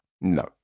No